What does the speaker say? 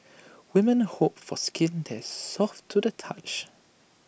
women hope for skin that is soft to the touch